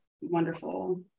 wonderful